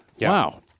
Wow